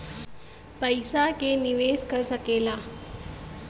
पइसा के निवेस कर सकेला